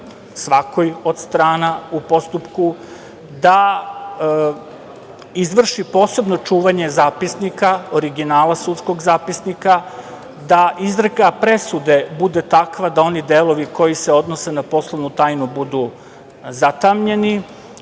svakoj od strana u postupku, da izvrši posebno čuvanje zapisnika, originala sudskog zapisnika, da izreka presude bude takva da oni delovi koji se odnose na poslovnu tajnu budu zatamnjeni